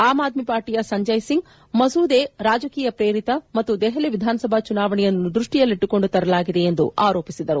am Aadmi ಪಾರ್ಟಿಯ ಸಂಜಯ್ ಸಿಂಗ್ ಮಸೂದೆ ರಾಜಕೀಯ ಪ್ರೇರಿತ ಮತ್ತು ದೆಹಲಿ ವಿಧಾನಸಭಾ ಚುನಾವಣೆಯನ್ನು ದೃಷ್ಟಿಯಲ್ಲಿಟ್ಟುಕೊಂಡು ತರಲಾಗಿದೆ ಎಂದು ಆರೋಪಿಸಿದರು